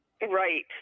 right